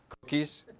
Cookies